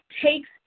takes